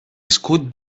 escut